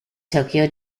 tokyo